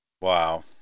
wow